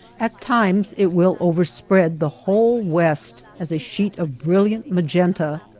at times it will overspread the whole west as a sheet of brilliant magenta,